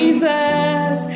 Jesus